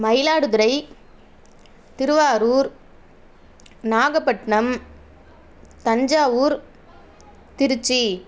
Mayiladuthurai Tiruvarur Nagapattinam Thanjavur Trichy